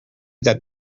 that